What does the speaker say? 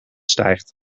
stijgt